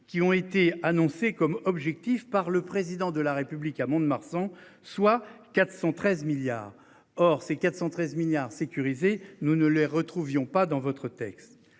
qui ont été annoncés comme objectif par le président de la République à Mont-de-Marsan, soit 413 milliards. Or ces 413 milliards sécurisé. Nous ne les retrouvions pas dans votre texte,